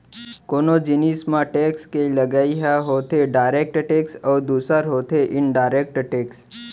कोनो जिनिस म टेक्स के लगई ह होथे डायरेक्ट टेक्स अउ दूसर होथे इनडायरेक्ट टेक्स